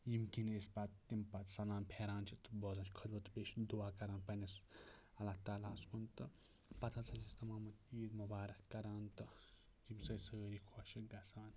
ییٚمہِ کِنۍ أسۍ پَتہٕ تِم پَتہٕ سَلام پھیران چھِ تہٕ بوزان چھِ تہٕ بیٚیہِ چھِ دُعا کَران پنٕنِس اللہ تعالیٰ ہَس کُن تہٕ پَتہٕ ہَسا چھِ أسۍ تَمام عیٖد مُبارک کَران تہٕ ییٚمہِ سۭتۍ سٲری خۄش چھِ گژھان